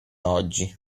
oggi